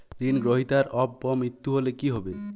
ঋণ গ্রহীতার অপ মৃত্যু হলে কি হবে?